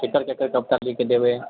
केकर केकर कब तक लिखके देबै